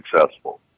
successful